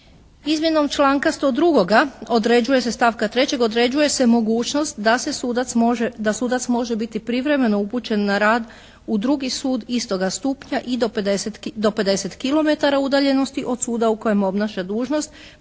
se, stavka 3. određuje se mogućnost da se sudac može, da sudac može biti privremeno upućen na rad u drugi sud istoga stupnja i do 50 kilometara udaljenosti od suda u kojem obnaša dužnost